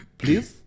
please